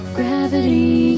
Gravity